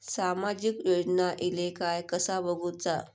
सामाजिक योजना इले काय कसा बघुचा?